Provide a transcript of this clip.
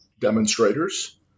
demonstrators